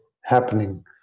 happening